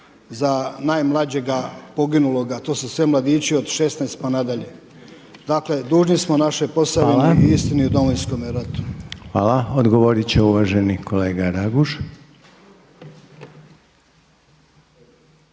za najmlađega poginuloga, to su sve mladići od 16 pa na dalje. Dakle dužni smo našoj Posavini i istinu o Domovinskome ratu. **Reiner, Željko (HDZ)** Hvala. Odgovoriti će uvaženi kolega Raguž.